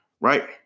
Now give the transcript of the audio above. Right